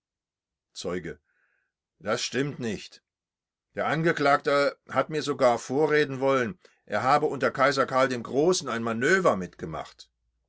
zeuge das stimmt nicht der angeklagte hat mir sogar vorreden wollen er habe unter kaiser karl dem großen ein manöver mitgemacht